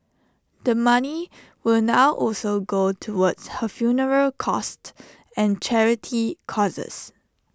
the money will now also go towards her funeral costs and charity causes